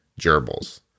gerbils